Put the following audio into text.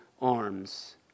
arms